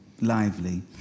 lively